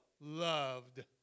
loved